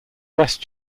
west